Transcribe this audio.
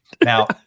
Now